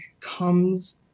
comes